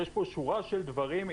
יש פה שורה של דברים.